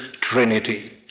Trinity